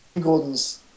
Gordon's